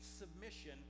submission